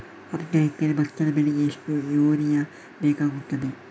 ಅರ್ಧ ಎಕರೆ ಭತ್ತ ಬೆಳೆಗೆ ಎಷ್ಟು ಯೂರಿಯಾ ಬೇಕಾಗುತ್ತದೆ?